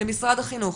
למשרד החינוך,